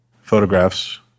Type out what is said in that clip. photographs